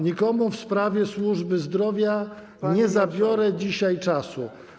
Nikomu w sprawie służby zdrowia nie zabiorę dzisiaj czasu.